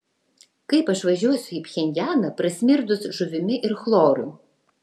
kaip aš važiuosiu į pchenjaną prasmirdus žuvimi ir chloru